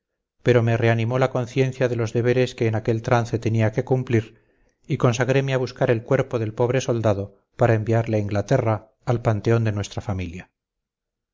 pero me reanimó la conciencia de los deberes que en aquel trance tenía que cumplir y consagreme a buscar el cuerpo del pobre soldado para enviarle a inglaterra al panteón de nuestra familia